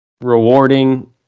rewarding